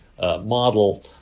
model